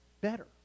Better